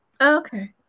Okay